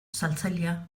saltzailea